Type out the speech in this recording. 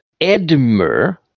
Edmer